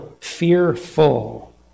fearful